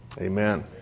Amen